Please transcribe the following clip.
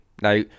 Now